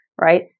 right